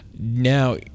now